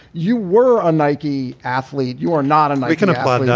you were a nike athlete. you are not. and you can apply,